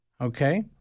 Okay